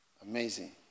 amazing